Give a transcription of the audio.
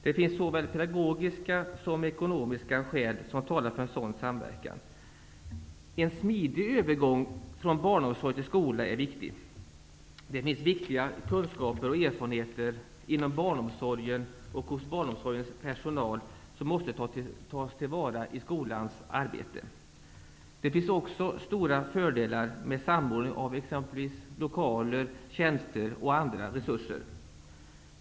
Det finns såväl pedagogiska som ekonomiska skäl för en sådan samverkan. En smidig övergång från barnomsorg till skola är viktig. Det finns viktiga kunskaper och erfarenheter inom barnomsorgen och hos barnomsorgens personal vilka måste tas till vara i skolans arbete. Det finns också stora fördelar med samordning av exempelvis lokaler, tjänster och andra resurser.